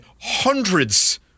hundreds